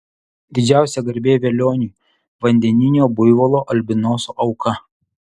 didžiausia garbė velioniui vandeninio buivolo albinoso auka